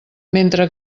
mentre